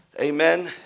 Amen